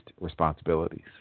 responsibilities